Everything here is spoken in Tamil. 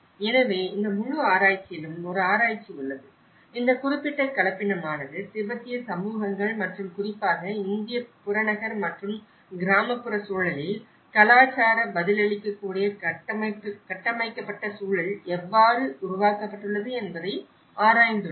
எனவே இந்த முழு ஆராய்ச்சியிலும் ஒரு ஆராய்ச்சி உள்ளது இந்த குறிப்பிட்ட கலப்பினமானது திபெத்திய சமூகங்கள் மற்றும் குறிப்பாக இந்திய புறநகர் மற்றும் கிராமப்புற சூழலில் கலாச்சார பதிலளிக்கக்கூடிய கட்டமைக்கப்பட்ட சூழல் எவ்வாறு உருவாக்கப்பட்டுள்ளது என்பதை ஆராய்ந்துள்ளது